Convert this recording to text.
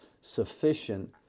sufficient